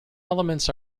elements